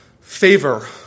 favor